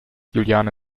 juliane